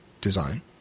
design